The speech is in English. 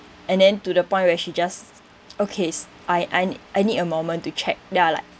and then to the point where she just okay I I I need a moment to check then I'm like